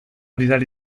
bidali